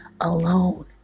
alone